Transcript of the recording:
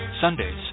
Sundays